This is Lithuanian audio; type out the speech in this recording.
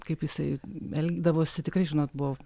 kaip jisai elgdavosi tikrai žinot buvo